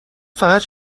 فقط